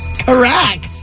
Correct